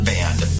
Band